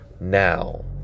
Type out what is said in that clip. now